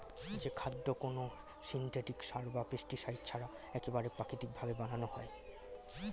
যে খাদ্য কোনো সিনথেটিক সার বা পেস্টিসাইড ছাড়া একবারে প্রাকৃতিক ভাবে বানানো হয়